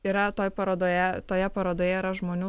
yra toj parodoje toje parodoje yra žmonių